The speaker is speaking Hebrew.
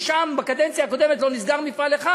בקדנציה הקודמת לא נסגר מפעל אחד,